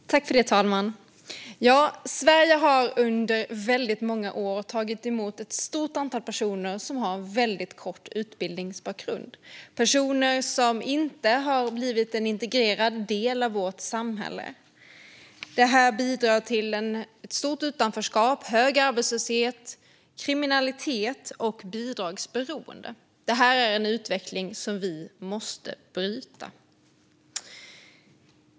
En sammanhållen utbildning för ny-anlända som har utbildningsplikt Fru talman! Sverige har under väldigt många år tagit emot ett stort antal personer som har väldigt kort utbildningsbakgrund, personer som inte har blivit en integrerad del av vårt samhälle. Det bidrar till ett stort utanförskap, hög arbetslöshet, kriminalitet och bidragsberoende. Det här är en utveckling som vi måste bryta.